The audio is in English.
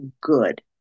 good